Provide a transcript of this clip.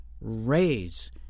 raise